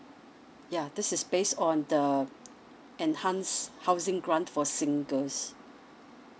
ya this is based on the enhanced housing grant for singles